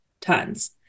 Tons